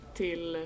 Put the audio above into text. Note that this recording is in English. till